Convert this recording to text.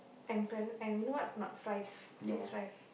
and and you know what or not fries cheese fries